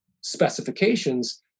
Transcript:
specifications